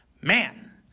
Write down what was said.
Man